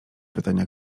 pytania